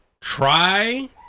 try